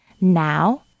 Now